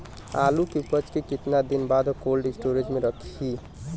आलू के उपज के कितना दिन बाद कोल्ड स्टोरेज मे रखी?